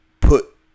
put